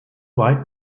weit